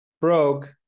broke